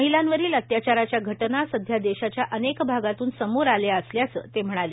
महिलांवरील अत्याचाराच्या घटना सध्या देशाच्या अनेक भागातून समोर आल्या असल्याचं ते म्हणाले